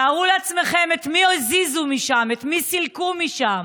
תארו לעצמכם את מי הזיזו משם, את מי סילקו משם,